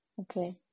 Okay